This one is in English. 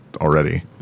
already